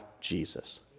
Jesus